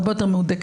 והרבה יותר מהודקת.